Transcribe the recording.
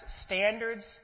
standards